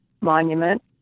Monument